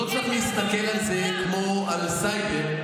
לא צריך להסתכל על זה כמו על סייבר,